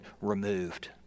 removed